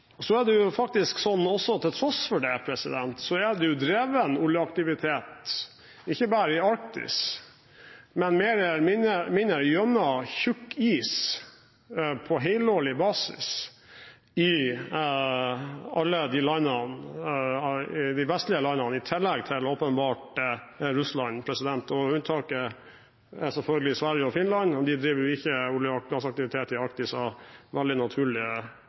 Til tross for det er det drevet oljeaktivitet ikke bare i Arktis, men mer eller mindre gjennom tykk is på helårig basis i alle de vestlige landene, i tillegg til, åpenbart, Russland. Unntaket er selvfølgelig Sverige og Finland, men de driver jo, av helt naturlige årsaker, ikke olje- og gassaktivitet i Arktis.